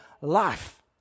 life